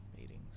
meetings